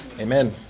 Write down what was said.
Amen